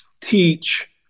teach